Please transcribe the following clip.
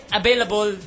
available